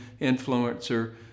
influencer